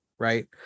right